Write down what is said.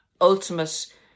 ultimate